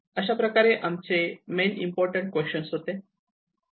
अशा प्रकारे आमचे मेन इम्पॉर्टंट क्वेश्चन्स होते